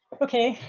okay.